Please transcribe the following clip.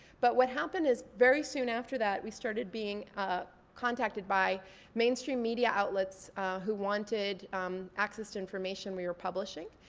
but what happened is very soon after that, we started being ah contacted by mainstream media outlets who wanted access to information we were publishing,